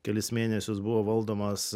kelis mėnesius buvo valdomas